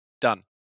Done